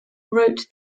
wrote